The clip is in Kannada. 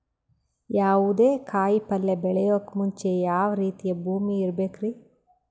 ಯಾವುದೇ ಕಾಯಿ ಪಲ್ಯ ಬೆಳೆಯೋಕ್ ಮುಂಚೆ ಯಾವ ರೀತಿ ಭೂಮಿ ಇರಬೇಕ್ರಿ?